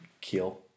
kill